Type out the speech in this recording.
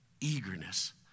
eagerness